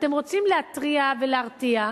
אתם רוצים להתריע ולהרתיע,